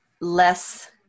less